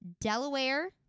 Delaware